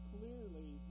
Clearly